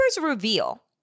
reveal